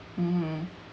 mmhmm